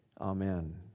Amen